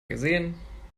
gesehen